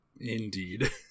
Indeed